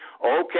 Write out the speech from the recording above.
Okay